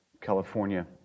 California